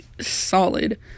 solid